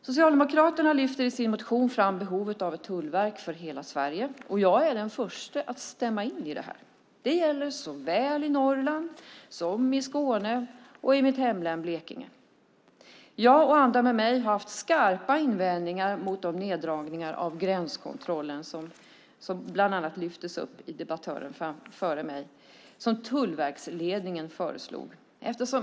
Socialdemokraterna lyfter i sin motion fram behovet av ett tullverk för hela Sverige, och jag är den första att stämma in i det. Det gäller såväl i Norrland som i Skåne och i mitt hemlän Blekinge. Jag och andra med mig har haft skarpa invändningar mot de neddragningar av gränskontrollen som tullverksledningen föreslog och som bland annat lyftes upp av föregående debattör.